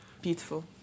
beautiful